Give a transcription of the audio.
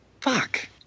Fuck